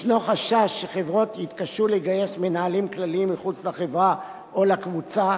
ישנו חשש שחברות יתקשו לגייס מנהלים כללים מחוץ לחברה או לקבוצה,